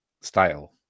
style